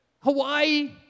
Hawaii